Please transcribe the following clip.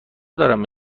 دارم